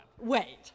Wait